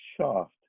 shaft